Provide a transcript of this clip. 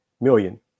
million